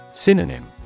Synonym